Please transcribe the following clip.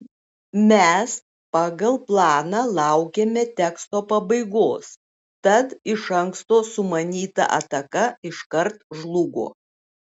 mes pagal planą laukėme teksto pabaigos tad iš anksto sumanyta ataka iškart žlugo